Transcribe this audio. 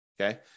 Okay